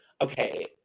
okay